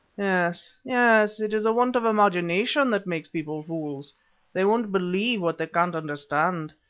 yes, yes, it is want of imagination that makes people fools they won't believe what they can't understand.